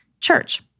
church